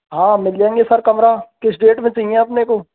हाँ मिल जाएंगे सर कमरा किस डेट में चाहिए अपने को